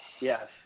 Yes